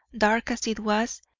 dark as it was,